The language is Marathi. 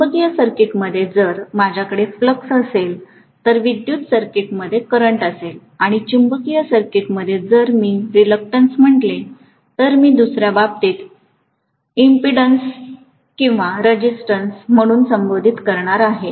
चुंबकीय सर्किटमध्ये जर माझ्याकडे फ्लक्स असेल तर विद्युत सर्किट मध्ये करंट असेल आणि चुंबकीय सर्किटमध्ये जर मी रीलक्टंस म्हटले तर मी दुसऱ्या बाबतीत इमपीडन्स किंवा रेसिस्टंस म्हणून संबोधित करणार आहे